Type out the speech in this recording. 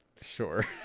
Sure